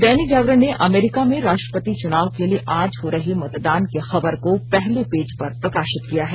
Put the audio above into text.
दैनिक जागरण ने अमेरिका में राष्ट्रपति चुनाव के लिए आज हो रहे मतदान की खबर को पहले पेज पर प्रकाशित किया है